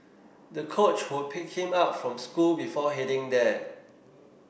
the coach would pick him up from school before heading there